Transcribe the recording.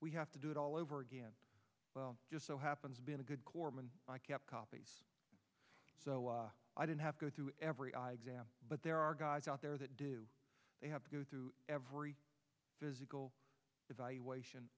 we have to do it all over again just so happens been a good corpsman i kept copies so i didn't have to go through every eye exam but there are guys out there that do they have to go through every physical evaluation